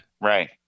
Right